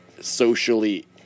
socially